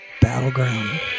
battleground